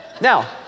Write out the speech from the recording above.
Now